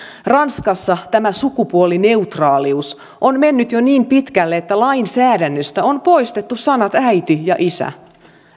ranskassa tämä sukupuolineutraalius on mennyt jo niin pitkälle että lainsäädännöstä on poistettu sanat äiti ja isä